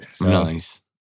Nice